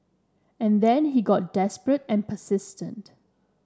and then he got desperate and persistent